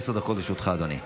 עשר דקות לרשותך, אדוני.